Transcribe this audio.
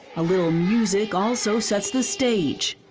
a little music also sets the stage.